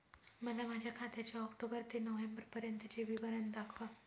मला माझ्या खात्याचे ऑक्टोबर ते नोव्हेंबर पर्यंतचे विवरण दाखवा